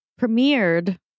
premiered